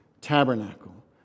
tabernacle